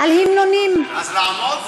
על המנונים, אז לעמוד?